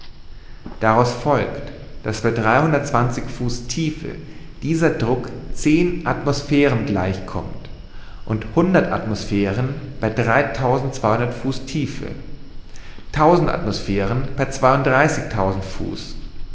daraus folgt daß bei dreihundertundzwanzig fuß tiefe dieser druck zehn atmosphären gleichkommt und hundert atmosphären bei dreitausendzweihundert fuß tiefe tausend atmosphären bei zweiunddreißigtausend fuß